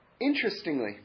interestingly